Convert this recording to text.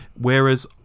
Whereas